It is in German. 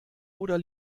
oder